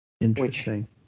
Interesting